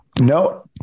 No